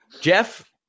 Jeff